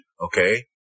okay